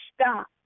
stop